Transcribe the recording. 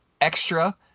extra